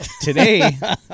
Today